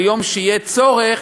ביום שיהיה צורך,